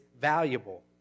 valuable